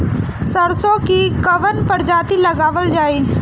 सरसो की कवन प्रजाति लगावल जाई?